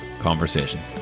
conversations